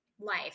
life